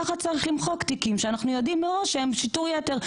ככה צריך למחוק תיקים שאנחנו יודעים מראש שהם שיטור יתר.